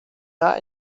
not